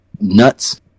nuts